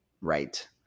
Right